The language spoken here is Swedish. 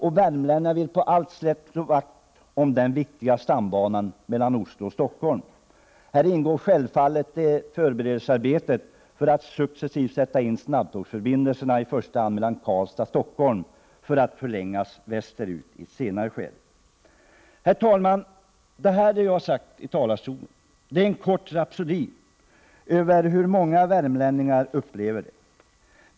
Värmlänningarna vill på allt sätt slå vakt om den viktiga stambanan mellan Oslo och Stockholm. Här ingår självfallet förberedelsearbetet för att man successivt skall kunna sätta in snabbtågsförbindelser i första hand mellan Karlstad och Stockholm, för att de skall kunna förlängas västerut i ett senare skede. Herr talman! Vad jag sagt här i talarstolen är en kort rapsodi över hur många värmlänningar upplever det.